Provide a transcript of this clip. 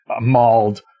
mauled